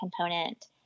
component